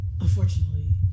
unfortunately